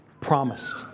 promised